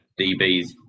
dbs